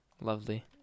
lovely